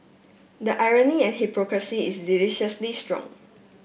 the irony and hypocrisy is deliciously strong